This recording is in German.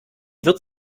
wird